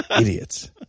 Idiots